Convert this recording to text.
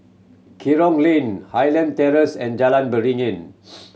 Kerong Lane Highland Terrace and Jalan Beringin